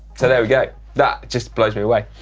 sort of you go. that just blows me away.